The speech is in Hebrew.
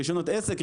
רישיונות עסק,